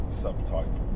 subtype